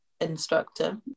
instructor